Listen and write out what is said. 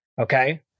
Okay